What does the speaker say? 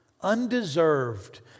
undeserved